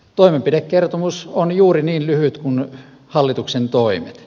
toimenpidekertomus on juuri niin lyhyt kuin hallituksen toimet